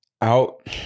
out